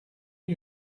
you